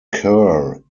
kerr